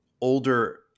older